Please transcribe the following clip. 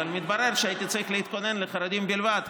אבל מתברר שהייתי צריך להתכונן לחרדים בלבד,